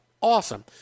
Awesome